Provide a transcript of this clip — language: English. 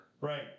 Right